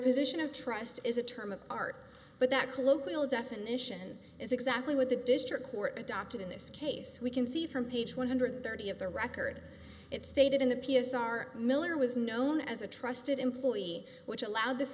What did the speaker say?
position of trust is a term of art but that's a local definition is exactly what the district court adopted in this case we can see from page one hundred thirty of the record it stated in the p s r miller was known as a trusted employee which allowed this